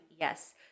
Yes